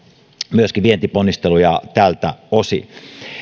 myöskin vientiponnisteluja tältä osin